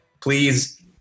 Please